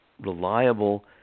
reliable